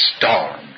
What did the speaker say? storm